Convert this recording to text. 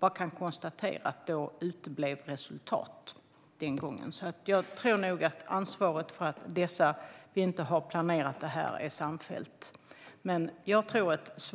Jag kan bara konstatera att resultaten den gången uteblev. Jag tror nog att ansvaret för att vi inte har planerat det här är samfällt. Men jag tror att det